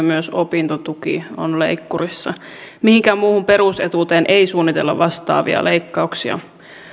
myös opintotuki on leikkurissa mihinkään muuhun perusetuuteen ei suunnitella vastaavia leikkauksia